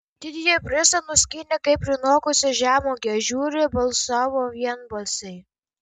didįjį prizą nuskynė kaip prinokusią žemuogę žiūri balsavo vienbalsiai